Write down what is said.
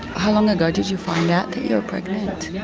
how long ago did you find out that you were pregnant?